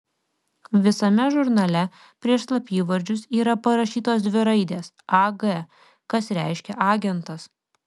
visame žurnale prieš slapyvardžius yra parašytos dvi raidės ag kas reiškia agentas